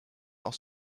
auch